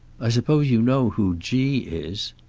i suppose you know who g is?